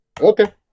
Okay